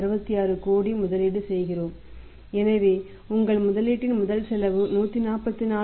66 கோடி முதலீடு செய்கிறோம் எனவே உங்கள் முதலீட்டின் முதல் செலவு 144